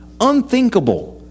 Unthinkable